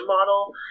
model